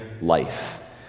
Life